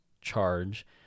charge